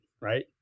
right